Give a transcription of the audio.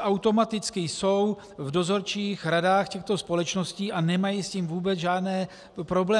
automaticky jsou v dozorčích radách těchto společností a nemají s tím vůbec žádné problémy.